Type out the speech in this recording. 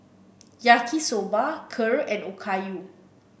Yaki Soba Kheer and Okayu